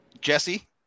Jesse